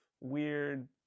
weird